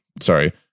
sorry